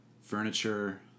furniture